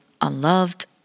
unloved